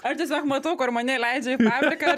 aš tiesiog matau kur mane leidžia į parką